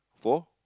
four